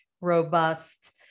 Robust